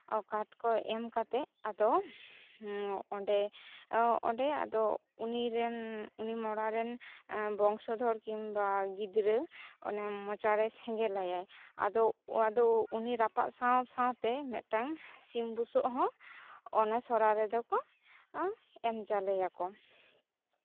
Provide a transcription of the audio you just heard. ᱠᱟᱴᱷ ᱠᱚ ᱮᱢ ᱠᱟᱛᱮᱫ ᱟᱫᱚ ᱚᱸᱰᱮ ᱟᱫᱚ ᱚᱸᱰᱮ ᱩᱱᱤᱨᱮᱱ ᱩᱱᱤ ᱢᱚᱲᱟ ᱨᱮᱱ ᱵᱚᱝᱥᱚ ᱫᱷᱚᱨ ᱠᱤᱢᱵᱟ ᱜᱤᱫᱽᱨᱟᱹ ᱚᱱᱮ ᱢᱚᱪᱟᱨᱮᱭ ᱥᱮᱸᱜᱮᱞ ᱟᱭᱟᱭ ᱟᱫᱚ ᱩᱱᱤ ᱨᱟᱯᱟᱜ ᱥᱟᱶ ᱥᱟᱶᱛᱮ ᱢᱤᱫᱴᱟᱝ ᱥᱤᱢ ᱵᱩᱥᱟᱹᱜ ᱦᱚᱸ ᱚᱱᱟ ᱥᱟᱨᱟ ᱨᱮᱫᱚ ᱠᱚ ᱮᱢ ᱪᱟᱞ ᱟᱭᱟ ᱠᱚ